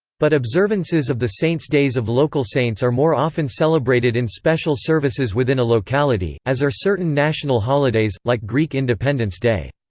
but observances of the saints' days of local saints are more often celebrated in special services within a locality, as are certain national holidays, like greek independence day.